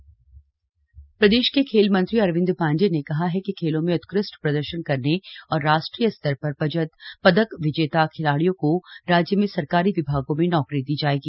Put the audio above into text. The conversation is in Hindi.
खेल विभाग बैठक प्रदेश के खेल मंत्री अरविन्द पाण्डेय ने कहा है कि खेलों में उत्कृष्ट प्रदर्शन करने और राष्ट्रीय स्तर पर पदक विजेता खिलाड़ियों को राज्य में सरकारी विभागों में नौकरी दी जाएगी